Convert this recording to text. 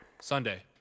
Sunday